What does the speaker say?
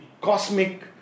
Cosmic